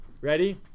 ready